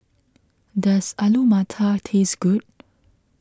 does Alu Matar taste good